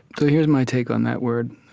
so here's my take on that word.